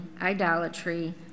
idolatry